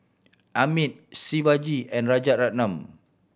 Amit Shivaji and Rajaratnam